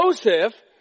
Joseph